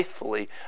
faithfully